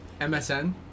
MSN